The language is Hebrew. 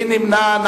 מי נמנע?